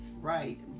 right